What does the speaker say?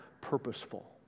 purposeful